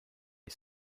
est